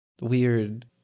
weird